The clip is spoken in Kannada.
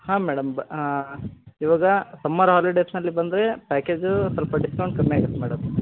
ಹಾಂ ಮೇಡಮ್ ಬ್ ಇವಾಗ ಸಮ್ಮರ್ ಹಾಲಿಡೇಸ್ನಲ್ಲಿ ಬಂದರೆ ಪ್ಯಾಕೇಜ್ ಸ್ವಲ್ಪ ಡಿಸ್ಕೌಂಟ್ ಕಮ್ಮಿ ಆಗುತ್ತೆ ಮೇಡಮ್